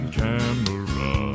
camera